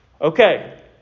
Okay